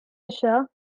fisher